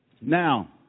Now